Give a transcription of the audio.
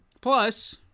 Plus